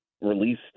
release